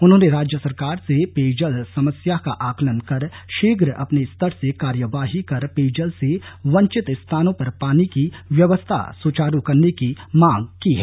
उन्होंने राज्य सरकार से पेयजल समस्या का आंकलन कर शीघ्र अपने स्तर से कार्यवाही कर पेयजल से वंचित स्थानों पर पानी की व्यवस्था सुचारू करने की मांग की है